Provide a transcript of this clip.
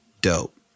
dope